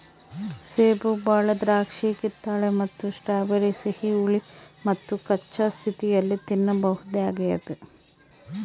ಸೇಬು ಬಾಳೆ ದ್ರಾಕ್ಷಿಕಿತ್ತಳೆ ಮತ್ತು ಸ್ಟ್ರಾಬೆರಿ ಸಿಹಿ ಹುಳಿ ಮತ್ತುಕಚ್ಚಾ ಸ್ಥಿತಿಯಲ್ಲಿ ತಿನ್ನಬಹುದಾಗ್ಯದ